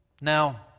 Now